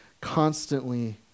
constantly